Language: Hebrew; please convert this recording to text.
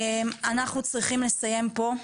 אנחנו צריכים לסיים פה.